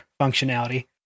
functionality